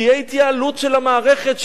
תהיה התייעלות של המערכת,